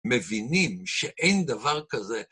מבינים שאין דבר כזה